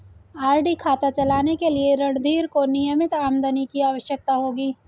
RD खाता चलाने के लिए रणधीर को नियमित आमदनी की आवश्यकता होगी